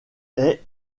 est